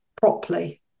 properly